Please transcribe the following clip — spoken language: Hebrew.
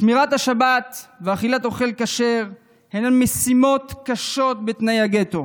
שמירת השבת ואכילת אוכל כשר הן משימות קשות בתנאי הגטו.